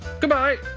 Goodbye